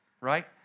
right